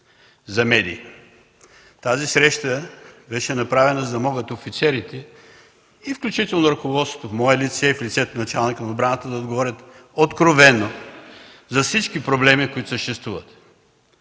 за медиите. Тази среща беше направена, за да могат офицерите, включително и ръководството в мое лице и в лицето на началника на отбраната да говорят откровено за всички проблеми, които съществуват.